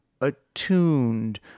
attuned